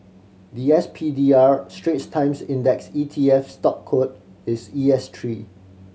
the S P D R Straits Times Index E T F stock code is E S three